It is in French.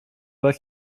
pas